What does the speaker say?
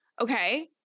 Okay